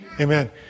Amen